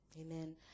Amen